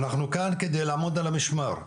אנחנו כאן על מנת לעמוד על המשמר,